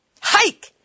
Hike